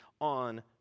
on